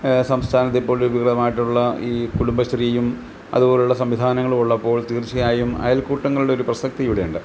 സംസ്ഥാനത്തിൽ പോലും വിപുലമായിട്ടുള്ള ഈ കുടുംബശ്രീയും അതുപോലുള്ള സംവിധാനങ്ങളും ഉള്ളപ്പോൾ തീർച്ചയായും അയൽക്കൂട്ടങ്ങളുടെയൊരു പ്രസക്തി ഇവിടെയുണ്ട്